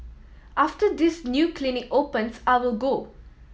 after this new clinic opens I will go